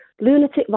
lunatic